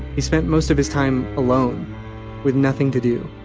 he spent most of his time alone with nothing to do.